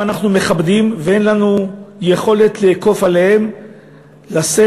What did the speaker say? אנחנו מכבדים ואין לנו יכולת לאכוף עליהם לשאת